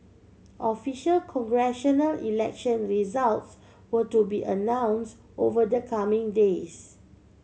official congressional election results were to be announce over the coming days